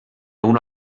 una